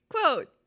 quote